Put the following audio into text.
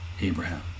Abraham